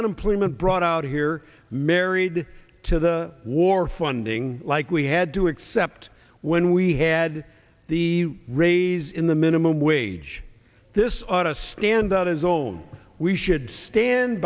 unemployment brought out here married to the war funding like we had to accept when we had the raise in the minimum wage this oughta stand out as old we should stand